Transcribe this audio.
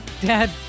Dad